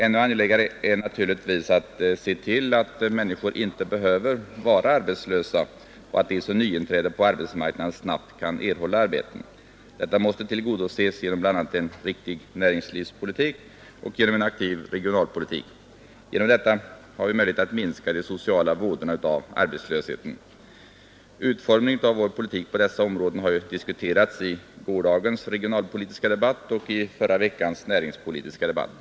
Ännu angelägnare är naturligtvis att se till att människor inte behöver vara arbetslösa och att de som nyinträder på arbetsmarknaden snabbt kan erhålla arbeten. Detta måste tillgodoses genom bl.a. en riktig näringslivspolitik och en aktiv regionalpolitik. Härigenom har vi möjlighet att minska de sociala vådorna av arbetslöshet. Utformningen av vår politik på dessa områden diskuterades i gårdagens regionalpolitiska debatt och i förra veckans näringspolitiska debatt.